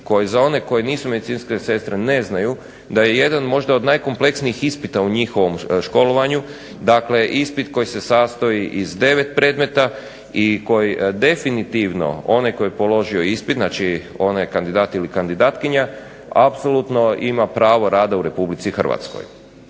ispit za one koje nisu medicinske sestre ne znaju da je jedan možda od najkomplesnijih ispita u njihovom školovanju. Dakle, ispit koji se sastoji iz 9 predmeta i koji definitivno onaj tko je položio ispit, znači onaj kandidat ili kandidatkinja apsolutno ima pravo rada u Republici Hrvatskoj.